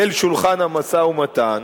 אל שולחן המשא-ומתן,